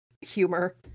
humor